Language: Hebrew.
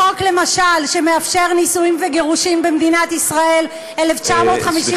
החוק למשל שמאפשר נישואים וגירושים במדינת ישראל 1950,